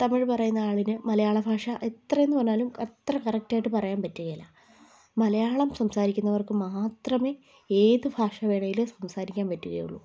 തമിഴ് പറയുന്ന ആളിന് മലയാള ഭാഷ എത്രയെന്ന് പറഞ്ഞാലും അത്ര കറക്റ്റ് ആയിട്ട് പറയാൻ പറ്റില്ല മലയാളം സംസാരിക്കുന്നവർക്ക് മാത്രമേ ഏത് ഭാഷ വേണമെങ്കിലും സംസാരിക്കാൻ പറ്റുകയുള്ളൂ